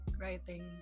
writing